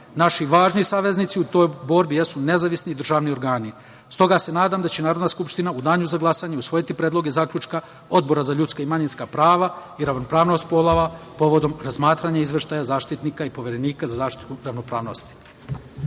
važni saveznici u toj borbi jesu nezavisni državni organi. Stoga se nadam da će Narodna skupština u danu za glasanje usvojiti predloge zaključka Odbora za ljudska i manjinska prava i ravnopravnost polova povodom razmatranja izveštaja Zaštitnika i Poverenika za zaštitu ravnopravnosti. To